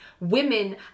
Women